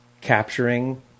capturing